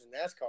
NASCAR